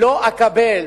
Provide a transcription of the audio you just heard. לא אקבל